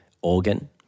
organ